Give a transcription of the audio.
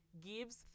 gives